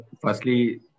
firstly